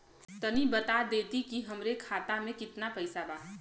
तनि बता देती की हमरे खाता में कितना पैसा बा?